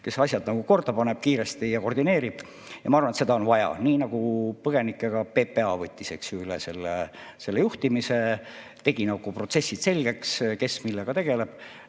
kes asjad korda paneb kiiresti ja koordineerib. Ma arvan, et seda on vaja. Nii nagu põgenike puhul PPA võttis juhtimise üle ja tegi protsessid selgeks, kes millega tegeleb.